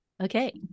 okay